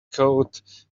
code